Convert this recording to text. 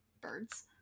birds